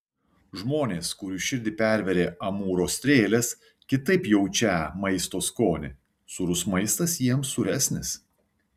žmonės kurių širdį pervėrė amūro strėlės kitaip jaučią maisto skonį sūrus maistas jiems sūresnis